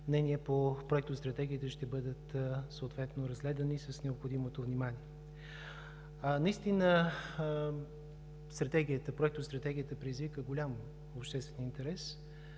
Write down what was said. мнения по Проектостратегията ще бъдат съответно разгледани с необходимото внимание. Наистина Проектостратегията предизвика голям обществен интерес,